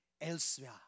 elsewhere